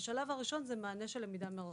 השלב הראשון זה מענה של למידה מרחוק.